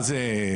מה זה "פעיל"?